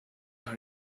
are